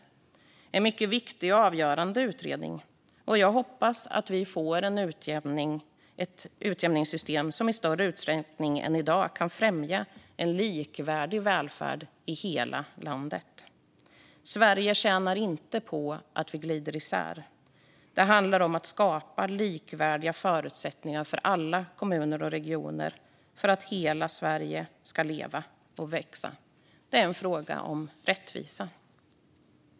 Det är en mycket viktig och avgörande utredning, och jag hoppas att vi får ett utjämningssystem som i större utsträckning än i dag kan främja en likvärdig välfärd i hela landet. Sverige tjänar inte på att vi glider isär. Det handlar om att skapa likvärdiga förutsättningar för alla kommuner och regioner för att hela Sverige ska leva och växa. Det är en fråga om rättvisa.